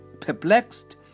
Perplexed